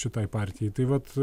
šitai partijai tai vat